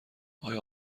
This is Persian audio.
آیا